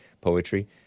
Poetry